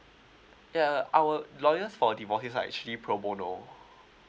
uh our lawyers for divorce are actually pro bono